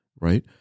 right